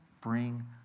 bring